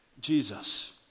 Jesus